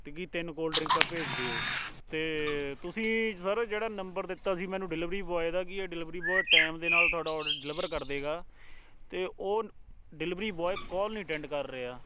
ਕਿਉਂਕਿ ਤਿੰਨ ਕੋਲਡ ਡਰਿੰਕਾਂ ਭੇਜ ਦਿਓ ਅਤੇ ਤੁਸੀਂ ਸਰ ਜਿਹੜਾ ਨੰਬਰ ਦਿੱਤਾ ਸੀ ਮੈਨੂੰ ਡਿਲੀਵਰੀ ਬੋਆਏ ਦਾ ਕਿ ਡਿਲੀਵਰੀ ਬੋਆਏ ਟਾਈਮ ਦੇ ਨਾਲ ਤੁਹਾਡਾ ਔਡਰ ਡਿਲੀਵਰ ਕਰ ਦੇਗਾ ਅਤੇ ਉਹ ਡਿਲੀਵਰੀ ਬੋਆਏ ਕੋਲ ਨਹੀਂ ਅਟੈਂਡ ਕਰ ਰਿਹਾ